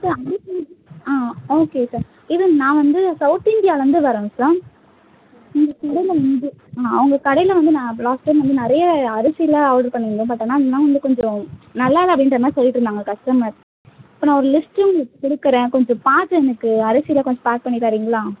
sir அரிசி ஆ okay sir even நான் வந்து சவுத் இந்தியாலேருந்து வரோம் சார் இது ஆ உங்கள் கடையில் வந்து உங்கள் கடையில் வந்து நான் லாஸ்ட் டைம் வந்து நான் நிறையா அரிசியெல்லாம் ஆர்டர் பண்ணியிருந்தேன் பட் ஆனால் என்ன வந்து கொஞ்சம் நல்லாயில்ல அப்படின்ற மாதிரி சொல்லிகிட்டுருந்தாங்க கஸ்டமர் ஸோ நான் ஒரு லிஸ்ட் உங்களுக்கு கொடுக்குறேன் கொஞ்சம் பார்த்து எனக்கு அரிசி எல்லாம் கொஞ்சம் பேக் பண்ணி தறீங்களா